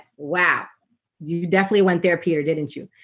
wow you definitely went there peter didn't you?